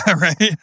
Right